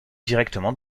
directement